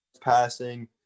passing